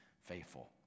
faithful